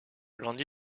grandi